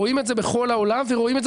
רואים את זה בכל העולם ורואים את זה